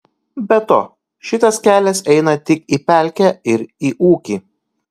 be to šitas kelias eina tik į pelkę ir į ūkį